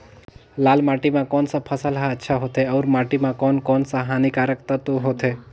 लाल माटी मां कोन सा फसल ह अच्छा होथे अउर माटी म कोन कोन स हानिकारक तत्व होथे?